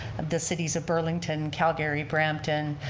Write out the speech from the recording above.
the cities of burlington, calgary, brampton,